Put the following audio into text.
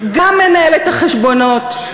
גם מנהלת החשבונות,